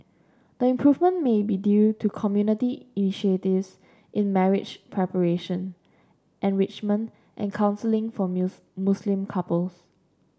the improvement may be due to community initiatives in marriage preparation enrichment and counselling for Muslim couples